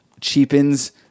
cheapens